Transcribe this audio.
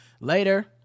Later